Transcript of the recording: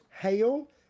hail